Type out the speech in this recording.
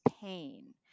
pain